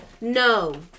no